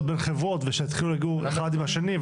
בין חברות ושיתחילו לגור אחד עם השני,